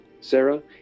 Sarah